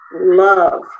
love